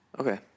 okay